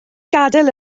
gadael